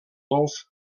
golf